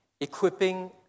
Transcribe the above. equipping